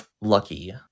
lucky